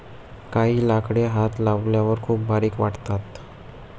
काही लाकडे हात लावल्यावर खूप बारीक वाटतात